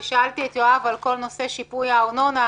שאלתי את יואב סגלוביץ' על כל נושא שיפוי הארנונה.